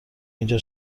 اینجا